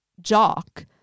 jock